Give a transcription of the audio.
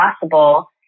possible